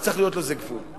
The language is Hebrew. אבל צריך להיות לזה גבול.